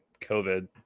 COVID